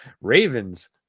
Ravens